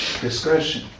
discretion